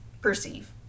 perceive